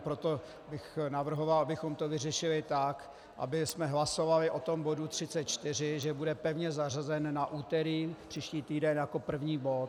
Proto bych navrhoval, abychom to vyřešili tak, abychom hlasovali o tom bodu 34, že bude pevně zařazen na úterý příští týden, jako první bod.